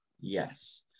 Yes